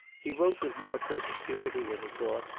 he wrote with more perspicuity than he thought,